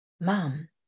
Mom